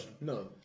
no